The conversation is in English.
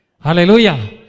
Hallelujah